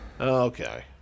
Okay